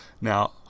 Now